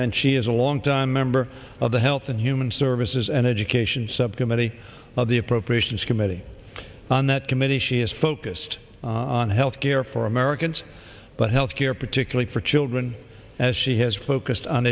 and she is a longtime member of the health and human services and education subcommittee of the appropriations committee on that committee she is focused on health care for americans but health care particularly for children as she has focused on